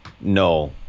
No